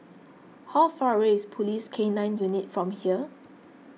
how far away is Police K nine Unit from here